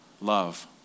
Love